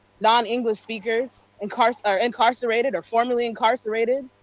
non english speakers, incarcerated incarcerated or formerly incarcerated,